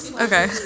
okay